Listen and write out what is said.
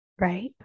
right